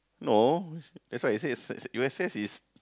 no that's why I say is U_S_S is